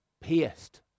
pierced